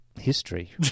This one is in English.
history